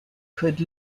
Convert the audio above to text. could